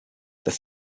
this